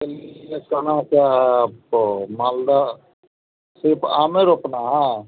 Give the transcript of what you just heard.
समय क्या आपको मालदा सिर्फ़ आमे रोपना है